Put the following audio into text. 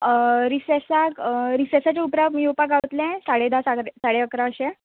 रिसॅसाक रिसॅसाच्या उपराक येवपाक गावतलें साडे धा सागर साडे अकरा अशें